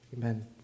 Amen